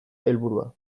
helburua